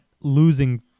losing